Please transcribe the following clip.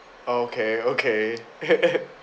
okay okay